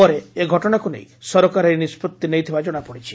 ପରେ ଏ ଘଟଶାକୁ ନେଇ ସରକାର ଏହି ନିଷ୍ବଉି ନେଇଥିବା ଜଣାପଡ଼ିଛି